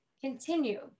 continue